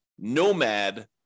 nomad